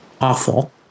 awful